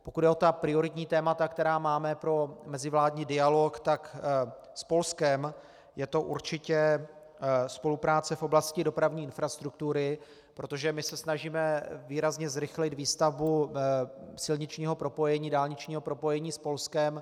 Pokud jde o prioritní témata, která máme pro mezivládní dialog, s Polskem je to určitě spolupráce v oblasti dopravní infrastruktury, protože se snažíme výrazně zrychlit výstavbu silničního propojení, dálničního propojení s Polskem.